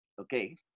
Okay